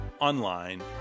online